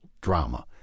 drama